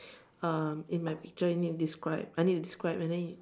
um in my picture you need to describe I need to describe and then